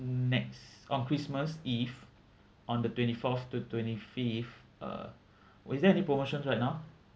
next on christmas eve on the twenty fourth to twenty fifth uh is there any promotions right now